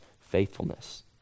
faithfulness